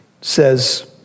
says